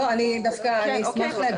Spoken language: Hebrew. לא, אני דווקא אשמח להגיב.